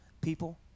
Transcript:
people